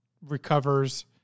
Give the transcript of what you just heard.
recovers